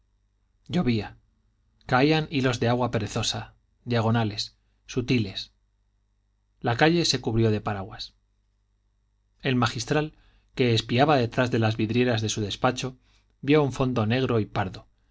llovía caían hilos de agua perezosa diagonales sutiles la calle se cubrió de paraguas el magistral que espiaba detrás de las vidrieras de su despacho vio un fondo negro y pardo